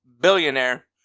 billionaire